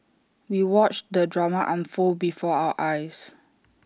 we watched the drama unfold before our eyes